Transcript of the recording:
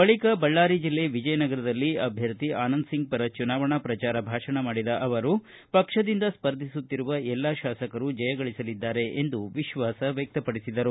ಬಳಿಕ ಬಳ್ಳಾರಿ ಜಿಲ್ಲೆ ವಿಜಯನಗರದಲ್ಲಿ ಅಭ್ವರ್ಥಿ ಆನಂದ್ ಸಿಂಗ್ ಪರ ಚುನಾವಣಾ ಪ್ರಚಾರ ಭಾಷಣ ಮಾಡಿದ ಅವರು ಪಕ್ಷದಿಂದ ಸ್ವರ್ಧಿಸುತ್ತಿರುವ ಎಲ್ಲಾ ತಾಸಕರು ಜಯಗಳಿಸಲಿದ್ದಾರೆ ಎಂದು ವಿಶ್ವಾಸ ವ್ಯಕ್ತಪಡಿಸಿದರು